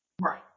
Right